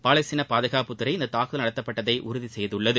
பாலஸ்தீன பாதுகாப்புத்துறை இந்த தாக்குதல் நடத்தப்பட்டதை உறுதி செய்துள்ளது